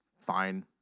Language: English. fine